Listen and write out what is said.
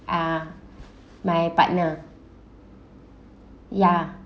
ah my partner ya